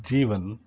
Jeevan